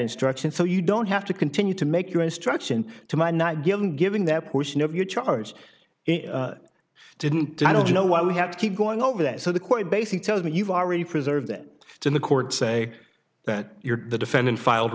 instruction so you don't have to continue to make your instruction to mine not given given that portion of your charge it didn't i don't know why we have to keep going over that so the quite basic tells me you've already preserved it to the court say that you're the defendant filed